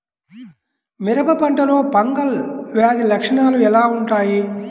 మిరప పంటలో ఫంగల్ వ్యాధి లక్షణాలు ఎలా వుంటాయి?